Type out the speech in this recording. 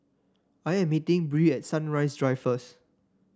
I am meeting Bree at Sunrise Drive first